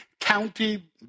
county